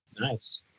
Nice